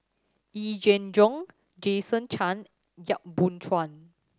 Yee Jenn Jong Jason Chan Yap Boon Chuan